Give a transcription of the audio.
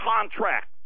contracts